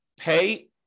pay